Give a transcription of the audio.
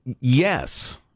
Yes